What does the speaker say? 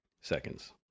seconds